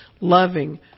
loving